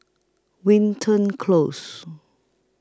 Wilton Close